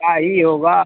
क्या ही होगा